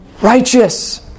righteous